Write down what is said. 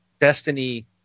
Destiny